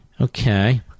Okay